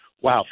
wow